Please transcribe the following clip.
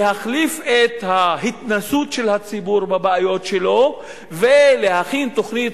להחליף את ההתנסות של הציבור בבעיות שלו ולהכין תוכנית